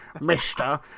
Mister